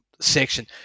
section